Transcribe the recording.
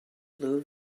blue